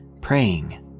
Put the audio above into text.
praying